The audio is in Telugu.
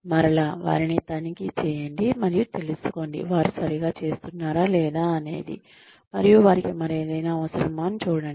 మరలా వారిని తనిఖీ చేయండి మరియు తెలుసుకోండి వారు సరిగా చేస్తున్నారా లేదా అనేది మరియు వారికి మరేదైనా అవసరమా అని చూడండి